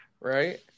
Right